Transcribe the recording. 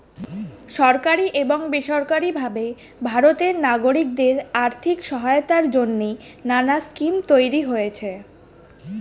সরকারি এবং বেসরকারি ভাবে ভারতের নাগরিকদের আর্থিক সহায়তার জন্যে নানা স্কিম তৈরি হয়েছে